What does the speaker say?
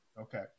Okay